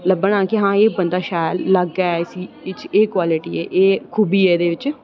लब्भना कि हां एह् बंदा शैल लग्गेआ ऐ इसी एह् क्वालिटी ऐ एह् खूबी ऐ एहदे बिच